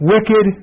Wicked